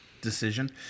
decision